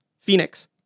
Phoenix